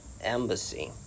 embassy